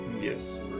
yes